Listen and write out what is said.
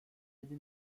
yedi